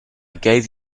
gave